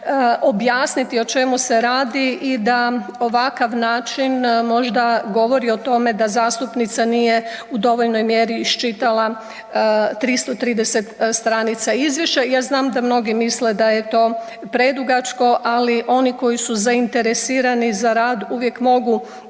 objasniti o čemu se radi i da ovakav način možda govori o tome da zastupnica nije u dovoljnoj mjeri iščitala 330 stranica izvješća. Ja znam da mnogi misle da je to predugačko, ali oni koji su zainteresirani za rad uvijek mogu